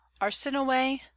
arsinoe